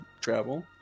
travel